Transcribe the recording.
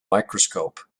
microscope